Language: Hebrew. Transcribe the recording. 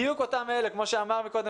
בדיוק אותם תלמידים שעשו הכול